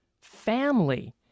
family